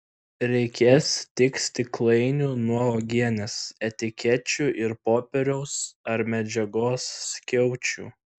reikės tik stiklainių nuo uogienės etikečių ir popieriaus ar medžiagos skiaučių